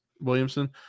Williamson